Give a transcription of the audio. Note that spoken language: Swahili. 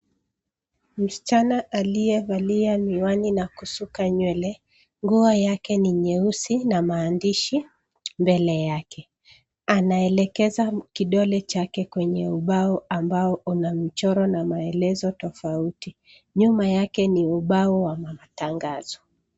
Msichana aliyevalia miwani na kusuka nywele. Nguo yake ni nyeusi na maandishi mbele yake. Anaelekeza kidole chake kwenye ubao ambao una michoro na maelezo tofauti. Nyuma yake ni ubao wa matangazo.